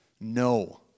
no